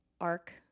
arc